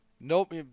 nope